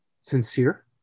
sincere